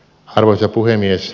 arvoisa puhemies